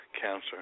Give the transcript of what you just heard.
cancer